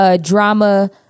drama